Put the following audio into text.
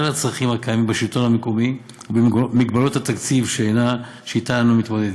הצרכים הקיימים בשלטון המקומי ובמגבלות התקציב שאיתן אנו מתמודדים.